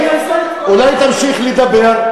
אולי תמשיך לדבר.